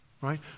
Right